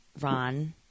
Ron